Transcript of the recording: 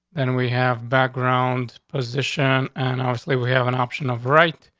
then we have background position. and honestly, we have an option of right,